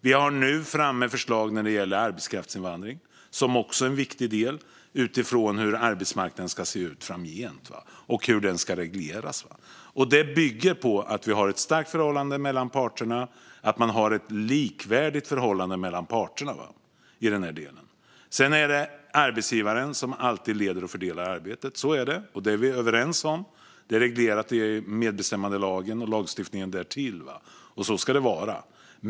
Vi har nu förslag framme när det gäller arbetskraftsinvandring, som också är en viktig del i hur arbetsmarknaden ska se ut och regleras framgent. Det bygger på att vi har ett starkt och likvärdigt förhållande mellan parterna i den här delen. Sedan är det arbetsgivaren som alltid leder och fördelar arbetet. Så är det, och det är vi överens om. Det är reglerat i medbestämmandelagen och tillhörande lagstiftning, och så ska det vara.